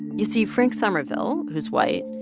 you see, frank somerville, who's white,